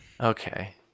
Okay